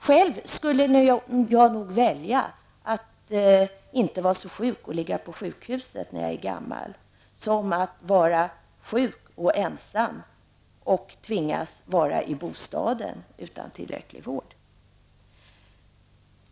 Själv skulle jag nog om jag vore gammal välja att inte vara så sjuk och ligga på sjukhus framför att vara sjuk och ensam och tvingas vara i bostaden utan tillräcklig vård.